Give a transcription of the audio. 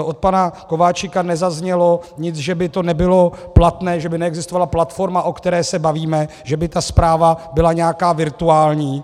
Od pana Kováčika nezaznělo nic, že by to nebylo platné, že by neexistovala platforma, o které se bavíme, že by ta zpráva byla nějaká virtuální.